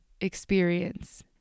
experience